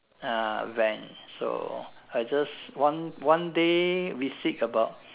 uh van so I just one one day we seek about